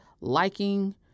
liking